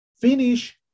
finish